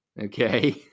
okay